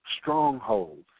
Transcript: strongholds